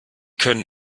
können